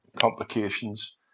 complications